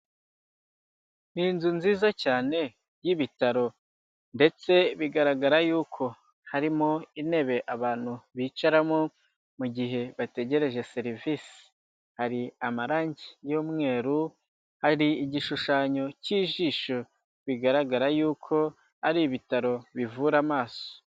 Ni inzu nziza cyane y'ibitaro ndetse bigaragara yuko harimo intebe abantu bicaramo mu gihe bategereje serivisi, hari amarangi y'umweru, hari igishushanyo k'ijisho bigaragara yuko ari ibitaro bivura amaso.